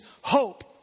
hope